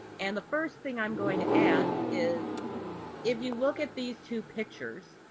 and the first thing i'm going to ask is if you look at these two pictures,